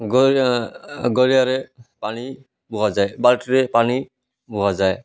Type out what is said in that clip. ଗରିଆରେ ପାଣି ବୁହାଯାଏ ବାଲ୍ଟିରେ ପାଣି ବୁହାଯାଏ